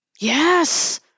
Yes